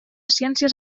ciències